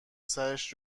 سرش